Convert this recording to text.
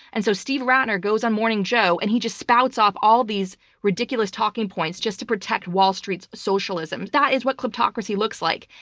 and so steve rattner goes on morning joe, and he just spouts off all these ridiculous talking points just to protect wall street's socialism. that is what kleptocracy looks like.